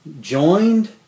joined